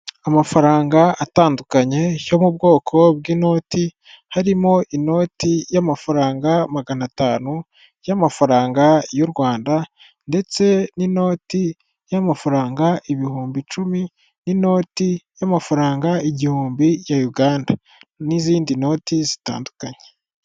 Amafaranga atandukanye yo mu bwoko bw'inoti harimo inoti y'amafaranga magana atanu y'amafaranga y'u Rwanda ndetse n'inoti y'amafaranga ibihumbi icumi, n'inoti y'amafaranga igihumbi ya Uganda n'izindi noti zitandukanye.